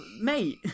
mate